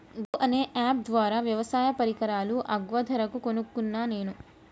గూ అనే అప్ ద్వారా వ్యవసాయ పరికరాలు అగ్వ ధరకు కొనుకున్న నేను